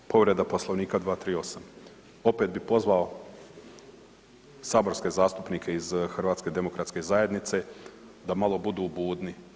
Povreda Poslovnika 238. opet bi pozvao saborske zastupnike iz HDZ-a da malo budu budni.